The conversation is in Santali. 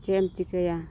ᱪᱮᱜ ᱮᱢ ᱪᱤᱠᱟᱹᱭᱟ